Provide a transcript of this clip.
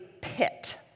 Pit